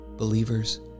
Believers